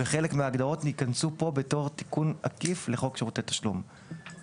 וחלק מההגדרות יכנסו פה בתור תיקון עקיף לחוק שירותי תשלום,